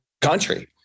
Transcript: country